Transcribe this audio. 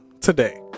today